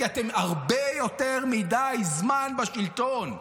כי אתם הרבה יותר מדי זמן בשלטון.